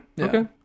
Okay